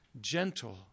gentle